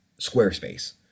Squarespace